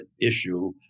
issue